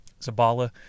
Zabala